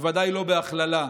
ובוודאי לא בהכללה.